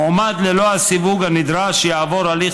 מועמד ללא הסיווג הנדרש יעבור הליך